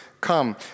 come